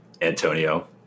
Antonio